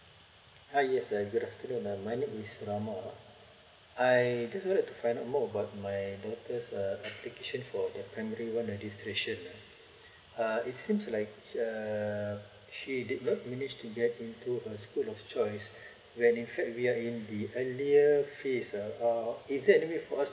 hi yes good afternoon my name is rama uh I just wanna find out more about my daughter's uh application for the primary one and restriction uh it seems like err she did not manage to get into her school of choice we are in fact we are in the earlier phase uh is it any way for us to